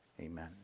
Amen